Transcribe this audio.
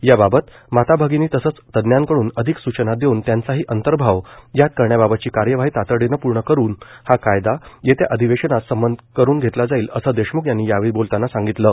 याबाबत माता भगिनी तसंच तज्ञांकडून अधिक सूचना देऊन त्याचाही अंतर्भाव यात करण्याबाबतची कार्यवाही तातडीनं पूर्ण करून हा कायदा येत्या अधिवेशनात संमत करून घेतला जाईल असं देशमुख यांनी यावेळी बोलतांना सांगितलं